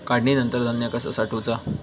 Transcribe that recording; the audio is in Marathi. काढणीनंतर धान्य कसा साठवुचा?